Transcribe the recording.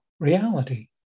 Reality